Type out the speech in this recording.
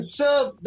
serve